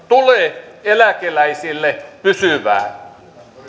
tule eläkeläisille pysyvää